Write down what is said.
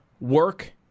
Work